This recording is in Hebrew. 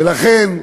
ולכן אנחנו,